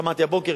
שמעתי הבוקר,